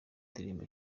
ndirimbo